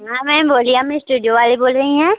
हाँ मैम बोलिए हम इस्टूडियो वाली बोल रही हैं